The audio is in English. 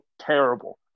terrible